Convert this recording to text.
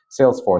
Salesforce